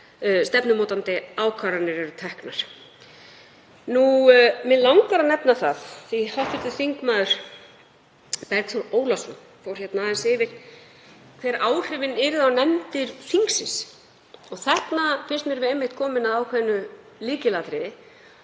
stefnumótandi ákvarðanir eru teknar. Mig langar að nefna það af því að hv. þm. Bergþór Ólason fór hér aðeins yfir hver áhrifin yrðu á nefndir þingsins. Þarna finnst mér við einmitt komin að ákveðnu lykilatriði,